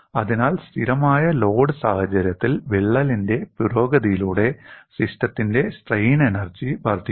അതിനാൽ സ്ഥിരമായ ലോഡ് സാഹചര്യത്തിൽ വിള്ളലിന്റെ പുരോഗതിയിലൂടെ സിസ്റ്റത്തിന്റെ സ്ട്രെയിൻ എനർജി വർദ്ധിക്കുന്നു